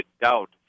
doubt